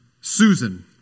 Susan